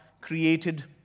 created